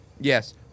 Yes